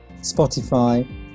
Spotify